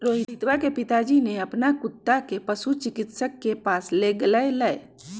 रोहितवा के पिताजी ने अपन कुत्ता के पशु चिकित्सक के पास लेगय लय